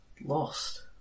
lost